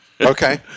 Okay